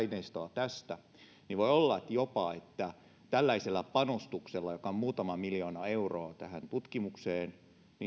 tästä niin voi olla jopa että tällainen panostus joka on muutama miljoona euroa tähän tutkimukseen